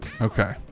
okay